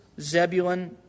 Zebulun